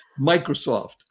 Microsoft